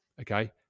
Okay